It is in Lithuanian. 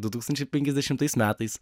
du tūkstančiai penkiasdešimtais metais